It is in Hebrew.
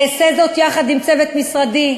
אעשה זאת יחד עם צוות משרדי,